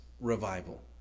revival